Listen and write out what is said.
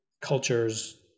cultures